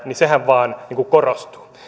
vain korostuu